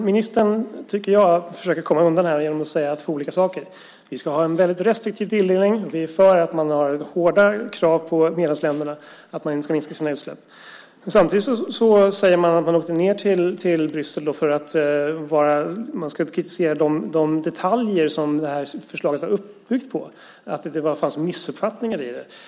Herr talman! Jag tycker att ministern försöker komma undan här genom att säga två olika saker. Vi ska ha en väldigt restriktiv tilldelning. Vi är för att man har hårdare krav på medlemsländerna att de ska minska sina utsläpp. Samtidigt säger man att man åkte ned till Bryssel inte för att kritisera de detaljer som det här förslaget är uppbyggt på utan därför att det fanns missuppfattningar i det.